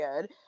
good